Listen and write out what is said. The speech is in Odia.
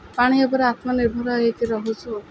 ପାଣି ଉପରେ ଆତ୍ମନିର୍ଭର ହୋଇକି ରହୁଛୁ